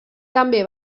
també